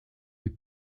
les